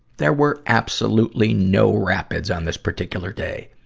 there were absolutely no rapids on this particular day.